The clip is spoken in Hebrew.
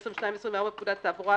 (22) ו-(24) לפקודת התעבורה,